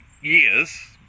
years